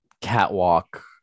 catwalk